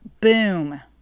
Boom